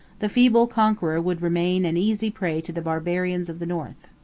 the feeble conqueror would remain an easy prey to the barbarians of the north.